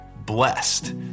blessed